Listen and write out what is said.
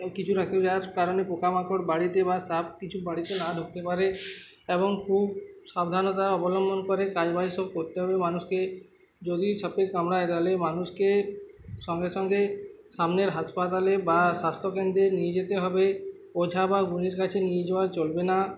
কিছু রাখলে যাওয়ার কারণে পোকাামাকড় বাড়িতে বা সাপ কিছু বাড়িতে না ঢকতে পারে এবং খুব সাবধানতা অবলম্বন করে কাজবাজু সব করতে হবে মানুষকে যদি সাপে কামড়ায় তাহলে মানুষকে সঙ্গে সঙ্গে সামনের হাসপাতালে বা স্বাস্থ্যকেন্দে নিয়ে যেতে হবে ওঝা বা গুণিনের কাছে নিয়ে যাওয়া চলবে না